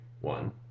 One